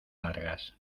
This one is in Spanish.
largas